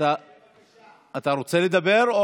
אתה רוצה לדבר?